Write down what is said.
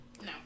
No